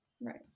Right